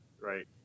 Right